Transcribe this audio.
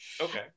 okay